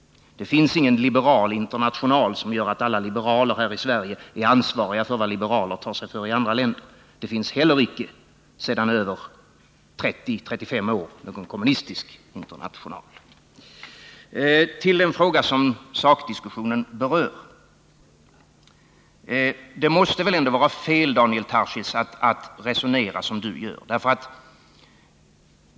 Det finns ingen liberal international som gör att alla liberaler här i Sverige är ansvariga för vad liberaler tar sig för i andra länder. Det finns heller icke, sedan 30-35 år tillbaka, någon kommunistisk international. I den fråga som sakdiskussionen berör vill jag säga: Det måste väl ändå vara fel att resonera så som Daniel Tarschys gör.